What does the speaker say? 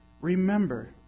remember